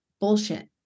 bullshit